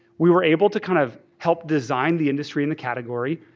we were able to kind of help design the industry and the category,